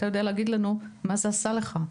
תגיד לנו מה זה עשה לך.